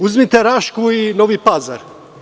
Uzmite Rašku i Novi Pazar.